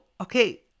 Okay